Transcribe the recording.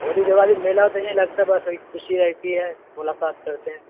ہولی دیوالی میلہ تو نہیں لگتا ہے بس خوشی رہتی ہے ملاقات کرتے ہیں